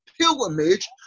pilgrimage